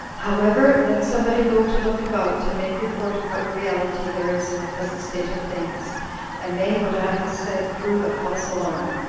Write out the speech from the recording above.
however, let somebody go to look about, and make report of what reality there is in the present state of things and may what i have said prove a false alarm.